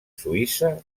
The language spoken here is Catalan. suïssa